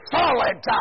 solid